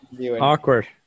awkward